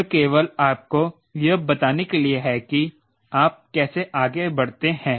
यह केवल आपको यह बताने के लिए है कि आप कैसे आगे बढ़ते हैं